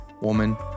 woman